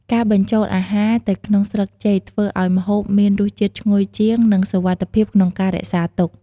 ការបញ្ចុលអាហារទៅក្នុងស្លឹកចេកធ្វើឱ្យម្ហូបមានរសជាតិឈ្ងុយជាង និងសុវត្ថិភាពក្នុងការរក្សាទុក។